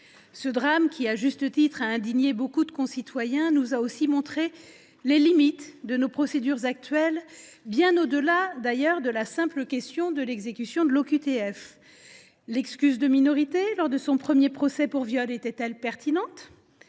Ce drame a indigné à juste titre beaucoup de nos concitoyens. Il nous a aussi montré les limites de nos procédures actuelles, bien au delà de la simple question de l’exécution des OQTF. L’excuse de minorité lors du premier procès pour viol était elle pertinente ?